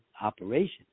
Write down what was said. operation